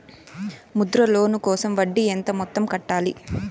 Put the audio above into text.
Mudra loan కోసం వడ్డీ ఎంత మొత్తం కట్టాలి